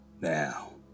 Now